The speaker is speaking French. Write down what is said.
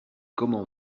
comment